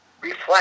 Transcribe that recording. reflect